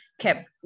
kept